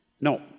No